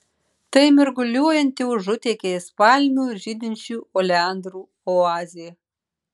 tai mirguliuojanti užutėkiais palmių ir žydinčių oleandrų oazė